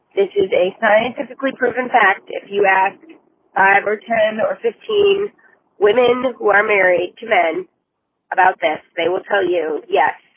this is a scientifically proven fact. if you ask me five or ten or fifteen women who are married to men about this, they will tell you, yes.